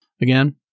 Again